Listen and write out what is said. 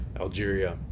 Algeria